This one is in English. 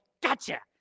gotcha